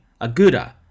Aguda